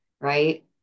Right